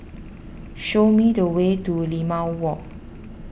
show me the way to Limau Walk